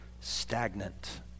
stagnant